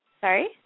Sorry